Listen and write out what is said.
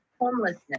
homelessness